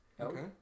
Okay